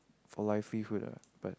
for livelihood ah but